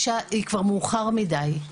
זה כבר מאוחר מידי.